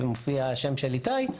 ומופיע השם של איתי,